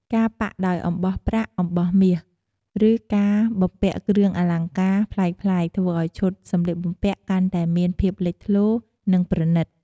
ការប៉ាក់ដោយអំបោះប្រាក់ អំបោះមាស ឬការបំពាក់គ្រឿងអលង្ការប្លែកៗ ធ្វើឱ្យឈុតសម្លៀកបំពាក់កាន់តែមានភាពលេចធ្លោ និងប្រណីត។